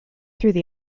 through